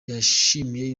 yashimiye